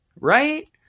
right